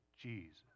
Jesus